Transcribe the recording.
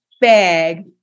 bag